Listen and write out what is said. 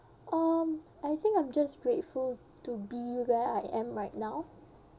um I think I'm just grateful to be where I am right now